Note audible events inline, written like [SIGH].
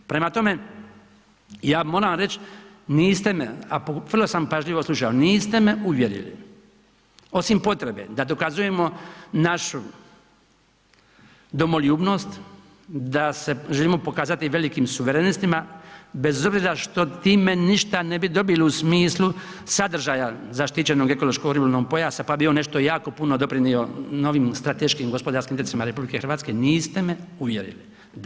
Prema tome, ja moram reći, niste me, a vrlo sam pažljivo slušao, niste me uvjerili, osim potrebe da dokazujemo našu domoljubnost, da se želimo pokazati velikim suverenistima, bez obzira što time ništa ne bi dobili u smislu sadržaja zaštićenog ekološko-ribolovnog pojasa, pa bi on nešto jako puno doprinio novim strateškim gospodarskim, ... [UNINTELLIGIBLE] niste me uvjerili.